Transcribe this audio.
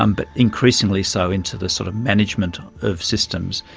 um but increasingly so into the sort of management of systems,